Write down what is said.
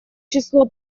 число